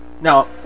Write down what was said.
Now